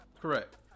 Correct